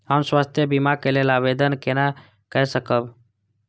हम स्वास्थ्य बीमा के लेल आवेदन केना कै सकब?